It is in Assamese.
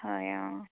হয় অঁ